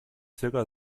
zirka